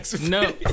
no